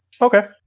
Okay